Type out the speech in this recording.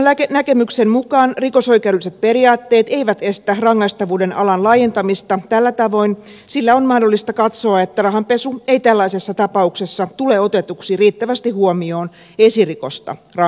valiokunnan näkemyksen mukaan rikosoikeudelliset periaatteet eivät estä rangaistavuuden alan laajentamista tällä tavoin sillä on mahdollista katsoa että rahanpesu ei tällaisessa tapauksessa tule otetuksi riittävästi huomioon esirikoksesta rangaistaessa